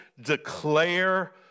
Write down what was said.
declare